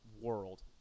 world